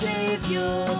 Savior